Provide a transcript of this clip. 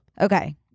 okay